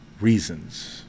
reasons